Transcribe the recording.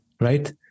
right